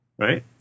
Right